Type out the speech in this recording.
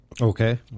Okay